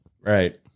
Right